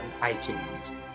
itunes